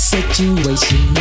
Situation